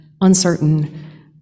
uncertain